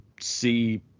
see